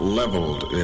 leveled